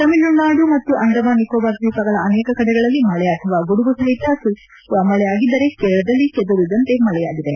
ತಮಿಳುನಾಡು ಮತ್ತು ಅಂಡಮಾನ್ ನಿಕೋಬಾರ್ ದ್ವೀಪಗಳ ಅನೇಕ ಕಡೆಗಳಲ್ಲಿ ಮಳೆ ಅಥವಾ ಗುಡುಗು ಸಹಿತ ಸುರಿ ಮಳೆ ಆಗಿದ್ದರೆ ಕೇರಳದಲ್ಲಿ ಚದುರಿದಂತೆ ಮಳೆಯಾಗಿದೆ